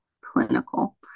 clinical